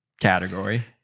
category